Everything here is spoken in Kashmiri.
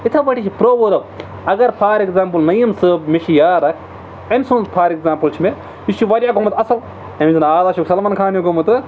یِتھٕے پٲٹھی چھِ پرٛوؤرب اگر فار ایٚکگامپُل نٔیِعم صٲب مےٚ چھُ یار اَکھ أمۍ سُنٛد فار ایٚگزامپُل چھُ مےٚ یہِ چھُ واریاہ گوٚمُت اَصٕل تٔمِس ونہٕ اَز ہا چھُکھ سلمان خان ہیٛوٗ گوٚمُت ہو